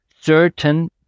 certain